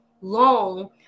long